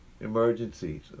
emergencies